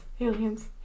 aliens